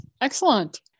Excellent